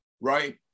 right